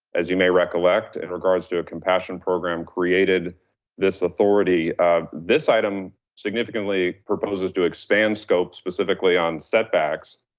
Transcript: as you may recollect, in regards to a compassion program created this authority. this item significantly proposes to expand scope specifically on setbacks,